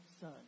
son